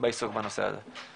ביישום בנושא הזה.